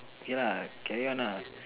K lah carry on lah